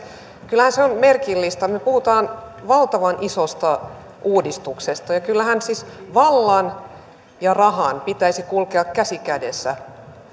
kyllähän se on merkillistä me puhumme valtavan isosta uudistuksesta ja kyllähän siis vallan ja rahan pitäisi kulkea käsi kädessä